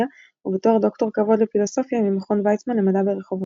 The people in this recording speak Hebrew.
ובתואר דוקטור כבוד לפילוסופיה ממכון ויצמן למדע ברחובות.